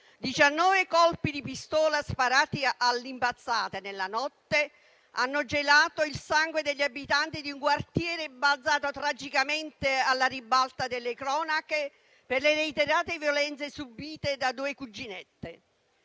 colpi di pistola, sparati all'impazzata nella notte, hanno gelato il sangue degli abitanti di un quartiere balzato tragicamente alla ribalta delle cronache per le reiterate violenze subite da due cuginette.